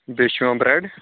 بیٚیہِ چھُ یِوان برٛٮ۪ڈ